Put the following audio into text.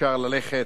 אי-אפשר ללכת,